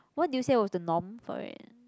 what did you say was the norm for it